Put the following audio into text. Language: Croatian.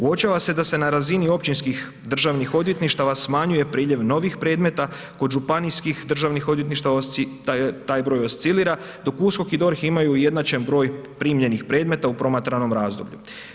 Uočava se da se na razini općinskih državnih odvjetništava smanjuje priljev novih predmeta, kod županijskih državnih odvjetništava taj broj oscilira dok USKOK i DORH imaju ujednačen broj primljenih predmeta u promatranom razdoblju.